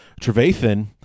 Trevathan